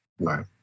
right